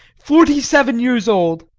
forty-seven years old.